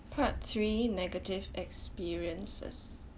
part three negative experiences